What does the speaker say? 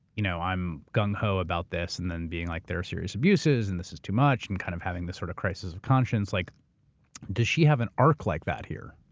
you know i'm gung-ho about this, and then being, like there's serious abuses and this is too much. and kind of having this sort of crisis of conscience. like does she have an arc like that here?